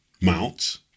mounts